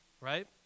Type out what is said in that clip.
right